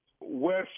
west